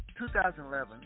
2011